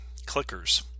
Clickers